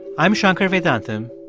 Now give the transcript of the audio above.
i'm shankar vedantam,